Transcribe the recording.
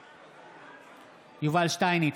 נגד יובל שטייניץ,